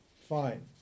Fine